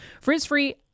Frizz-free